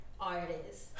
artist